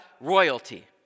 royalty